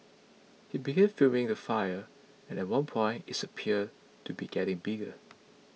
he began filming the fire and at one point it's appeared to be getting bigger